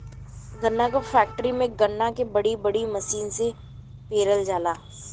गन्ना क फैक्ट्री में गन्ना के बड़ी बड़ी मसीन से पेरल जाला